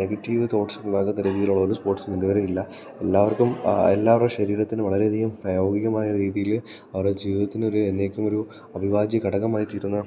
negative thoughts ഉണ്ടാകുന്ന രീതിയിലുള്ള ഒരു സ്പോർട്സും ഇതുവരെ ഇല്ല എല്ലാവർക്കും എല്ലാവരുടെ ശരീരത്തിന് വളരെ അധികം പ്രയോഗികമായ ഒരു രീതിയിൽ അവരുടെ ജീവിതത്തിന് ഒരു എന്നേക്കും ഒരു അഭിവാജ്യ ഘടകമായി തീരുന്ന